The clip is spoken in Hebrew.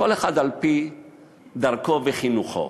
כל אחד על-פי דרכו וחינוכו,